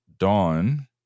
Dawn